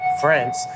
friends